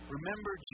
Remember